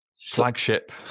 flagship